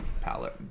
palette